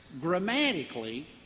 Grammatically